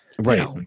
right